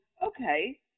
okay